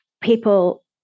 people